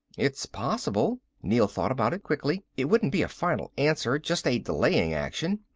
it's possible. neel thought about it, quickly. it wouldn't be a final answer, just a delaying action.